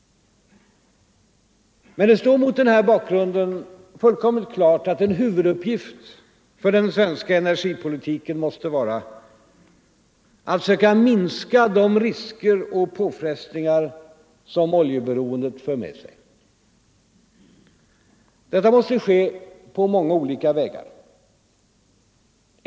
Men det står mot den här bakgrunden fullkomligt klart att en huvuduppgift för den svenska energipolitiken måste vara att söka minska de risker och påfrestningar som oljeberoendet för med sig. Detta måste ske på många olika vägar.